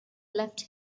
left